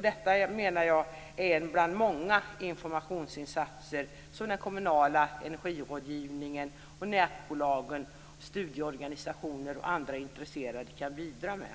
Detta menar jag är en bland många informationsinsatser som den kommunala energirådgivaren, nätbolagen, studieorganisationer och andra intresserade kan bidra med.